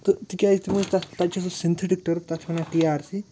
تہٕ تِکیٛازِ تِم ٲسۍ تَتھ تَتہِ چھِ سُہ سِنتھیٹِک ٹٔرٕف تَتھ وَنان ٹی آر سی